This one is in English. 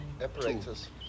apparatus